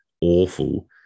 awful